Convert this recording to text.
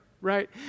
right